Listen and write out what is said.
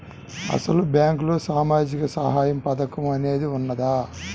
అసలు బ్యాంక్లో సామాజిక సహాయం పథకం అనేది వున్నదా?